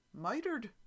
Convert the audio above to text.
mitered